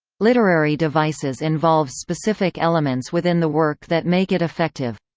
literary devices involves specific elements within the work that make it effective.